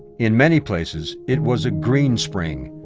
in many places, it was a green spring,